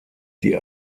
die